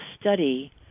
study